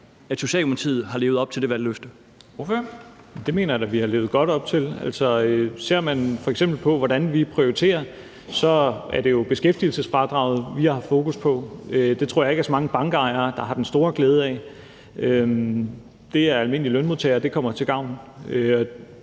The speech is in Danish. : Ordføreren. Kl. 10:27 Rasmus Stoklund (S) : Det mener jeg da vi har levet godt op til. Ser man f.eks. på, hvordan vi prioriterer, er det jo beskæftigelsesfradraget, vi har haft fokus på. Det tror jeg ikke der er så mange bankejere der har den store glæde af. Det kommer almindelige lønmodtagere til gavn.